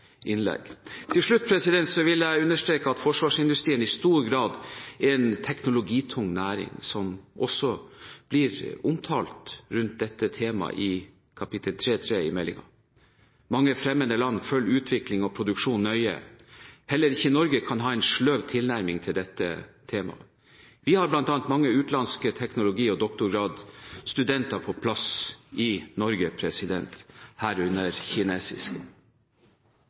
også omtalt i kapittel 3.3 i meldingen. Mange fremmede land følger utviklingen og produksjonen nøye. Heller ikke Norge kan ha en sløv tilnærming til dette temaet. Vi har bl.a. mange utenlandske teknologi- og doktorgradsstudenter på plass i Norge, herunder kinesiske.